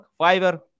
Fiverr